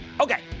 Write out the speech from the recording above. Okay